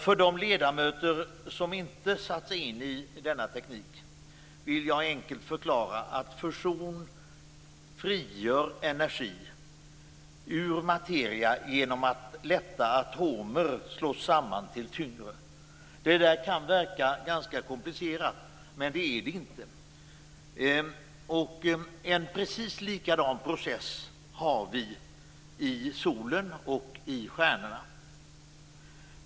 För de ledamöter som inte har satt sig in i denna teknik vill jag enkelt förklara att fusion frigör energi ur materia genom att lätta atomer slås samman till tyngre. Detta kan verka ganska komplicerat, men det är det inte. En precis likadan process har vi i solen och i stjärnorna.